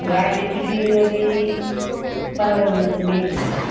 गाडीची डिलिवरी पंधरा दिवसात घ्यायची आहे